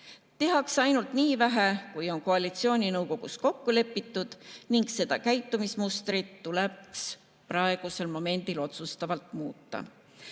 Tehakse ainult nii vähe, kui on koalitsiooninõukogus kokku lepitud. Seda käitumismustrit tuleks praegusel momendil otsustavalt